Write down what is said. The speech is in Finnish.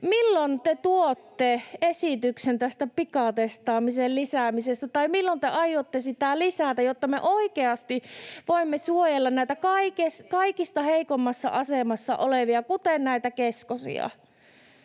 Milloin te tuotte esityksen tästä pikatestaamisen lisäämisestä, tai milloin te aiotte sitä lisätä, jotta me oikeasti voimme suojella näitä kaikista heikoimmassa asemassa olevia, kuten näitä keskosia?